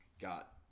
got